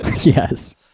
Yes